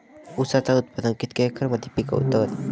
ऊसाचा उत्पादन कितक्या एकर मध्ये पिकवतत?